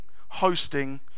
hosting